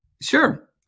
sure